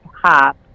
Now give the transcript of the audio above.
hop